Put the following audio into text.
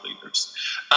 leaders